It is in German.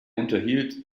unterhielt